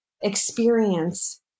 experience